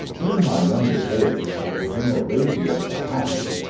in my younger days i was in arabia the happy,